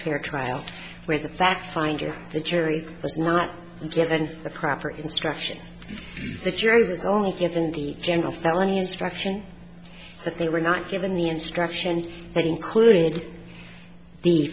fair trial where the fact finder the jury was not given the proper instruction if the jury was only given the general felony instruction that they were not given the instruction and included the